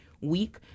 week